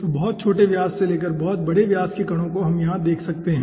तो बहुत छोटे व्यास से लेकर बहुत बड़े व्यास के कणों को हम यहां देख सकते हैं